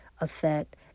effect